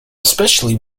especially